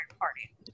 Party